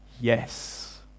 yes